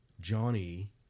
Johnny